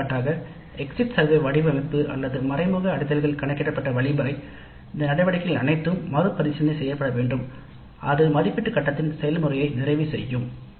எடுத்துக்காட்டாக exit survey கணக்கெடுப்புகளின் வடிவமைப்பு அல்லது வழி மறைமுக அடைய மதிப்புகள் கணக்கிடப்படும் முறை இந்த நடவடிக்கைகள் அனைத்தும் மறுபரிசீலனை செய்யப்பட வேண்டும் அது மதிப்பீட்டு கட்டத்தின் செயல்முறையை நிறைவு செய்யும்